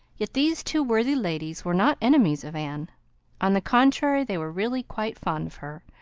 yet these two worthy ladies were not enemies of anne on the contrary, they were really quite fond of her,